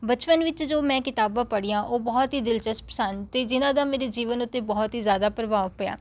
ਬਚਪਨ ਵਿੱਚ ਜੋ ਮੈਂ ਕਿਤਾਬਾਂ ਪੜ੍ਹੀਆਂ ਉਹ ਬਹੁਤ ਹੀ ਦਿਲਚਸਪ ਸਨ ਅਤੇ ਜਿਨ੍ਹਾਂ ਦਾ ਮੇਰੇ ਜੀਵਨ ਉੱਤੇ ਬਹੁਤ ਹੀ ਜ਼ਿਆਦਾ ਪ੍ਰਭਾਵ ਪਿਆ